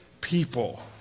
people